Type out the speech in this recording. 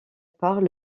part